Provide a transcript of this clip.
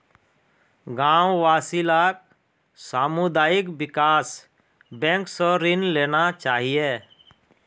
गांव वासि लाक सामुदायिक विकास बैंक स ऋण लेना चाहिए